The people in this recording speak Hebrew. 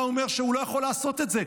אתה אומר שהוא לא יכול לעשות את זה,